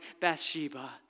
Bathsheba